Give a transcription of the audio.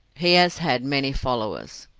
he has had many followers.